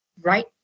right